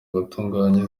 gutunganya